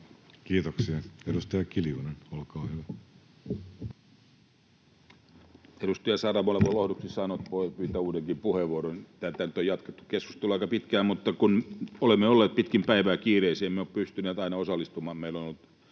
muuttamisesta Time: 18:30 Content: Edustaja Saramolle voin lohduksi sanoa, että voi pyytää uudenkin puheenvuoron. Tätä keskustelua on jatkettu aika pitkään, mutta kun olemme olleet pitkin päivää kiireisiä, emme ole pystyneet aina osallistumaan, meillä on ollut